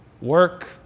work